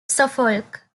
suffolk